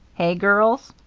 hey, girls?